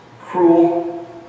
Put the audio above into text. cruel